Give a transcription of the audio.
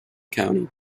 county